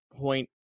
point